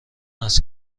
است